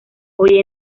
hoy